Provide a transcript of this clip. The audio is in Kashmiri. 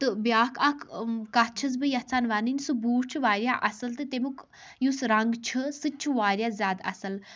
تہٕ بیاکھ اکھ کتھ چھس بہٕ یژھان وَنٕنۍ سُہ بوٗٹھ چھُ واریاہ اَصٕل تہٕ تمیُک یُس رنگ چھُ سُہ تہِ چھُ واریاہ زیادٕ اصل